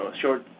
short